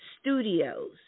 studios